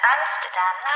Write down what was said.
Amsterdam